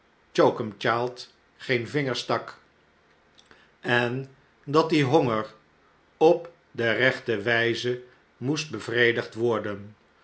ohoakumchild geen vinger stak en dat die honger op de rechte wijze moest bevredigd worden